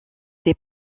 des